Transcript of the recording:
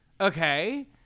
okay